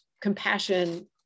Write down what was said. Compassion